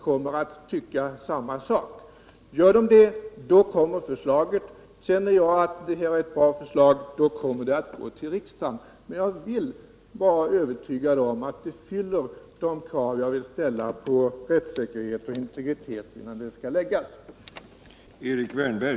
Kampen mot skatteflykten måste fortsätta på alla områden, också med ändringar av skattesystemets regelverk. Skatteutskottet har exempelvis nyligen pekat på vissa avarter inom bostadsbeskattningen, men regeringen gör såvitt jag har kunnat förstå ingenting där heller. Det lilla som har hänt har i stället snarare gått i uppmjukande riktning.